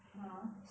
!huh!